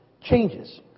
changes